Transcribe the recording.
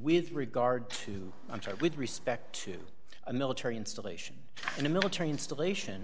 with regard to entre with respect to a military installation in a military installation